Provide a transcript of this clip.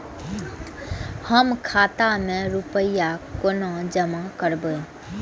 हम खाता में रूपया केना जमा करबे?